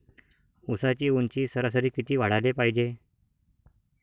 ऊसाची ऊंची सरासरी किती वाढाले पायजे?